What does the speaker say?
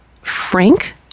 Frank